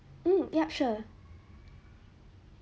mm yup sure